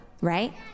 right